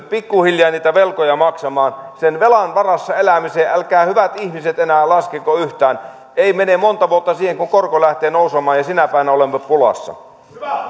pikkuhiljaa niitä velkoja maksamaan sen velan varassa elämiseen älkää hyvät ihmiset enää laskeko yhtään ei mene monta vuotta siihen kun korko lähtee nousemaan ja sinä päivänä olemme pulassa